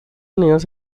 unidos